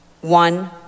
One